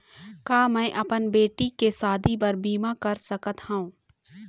का मैं अपन बेटी के शादी बर बीमा कर सकत हव?